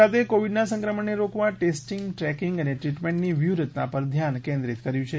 ગુજરાતે કોવિડના સંક્રમણને રોકવા ટેસ્ટીંગ ટ્રેકિંગ અને ટ્રિટમેન્ટની વ્યૂહરચના ઉપર ધ્યાન કેન્દ્રીત કર્યું છે